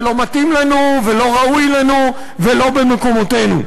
לא מתאים לנו ולא ראוי לנו ולא במקומותינו.